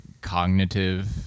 cognitive